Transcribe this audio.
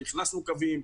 הכנסנו קווים,